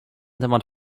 temat